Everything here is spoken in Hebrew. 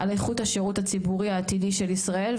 על איכות השירות הציבורי העתידי של ישראל,